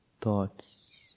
thoughts